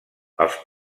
els